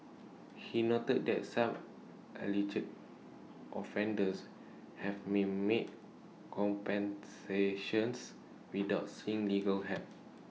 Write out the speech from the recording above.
he noted that some alleged offenders have may made compensations without seeking legal help